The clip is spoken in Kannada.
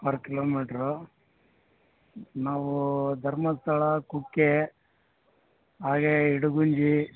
ಪರ್ ಕಿಲೋಮೀಟ್ರು ನಾವು ಧರ್ಮಸ್ಥಳ ಕುಕ್ಕೆ ಹಾಗೇ ಇಡಗುಂಜಿ